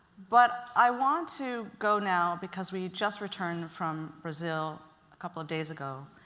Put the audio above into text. but i want to go now, because we just returned from brazil a couple of days ago,